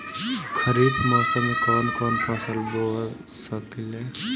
खरिफ मौसम में कवन कवन फसल बो सकि ले?